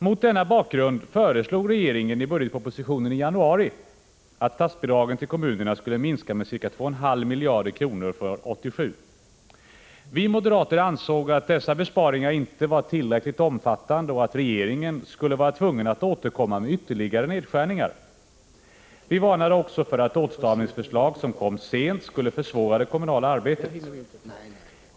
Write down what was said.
Mot denna bakgrund föreslog regeringen i budgetpropositionen i januari att statsbidragen till kommunerna skulle minska med ca 2,5 miljarder kronor för år 1987. Vi moderater ansåg att dessa besparingar inte var tillräckligt omfattande och att regeringen skulle vara tvungen att återkomma med ytterligare nedskärningar. Vi varnade också för att åtstramningsförslag som kom sent skulle försvåra det kommunala arbetet.